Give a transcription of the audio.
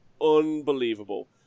Unbelievable